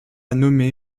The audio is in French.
nommé